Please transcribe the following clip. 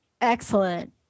excellent